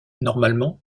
normalement